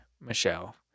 Michelle